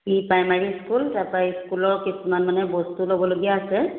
pre primary school তাৰপৰা ইস্কুলৰ কিছুমান মানে বস্তু ল'বলগীয়া আছে